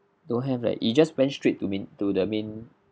don't have right you just went straight to main to the main